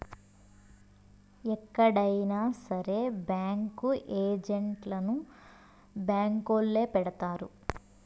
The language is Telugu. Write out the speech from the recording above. ఎక్కడైనా సరే బ్యాంకు ఏజెంట్లను బ్యాంకొల్లే పెడతారు